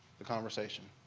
the conversation.